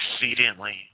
exceedingly